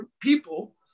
people